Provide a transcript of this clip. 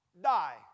Die